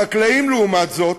החקלאים לעומת זאת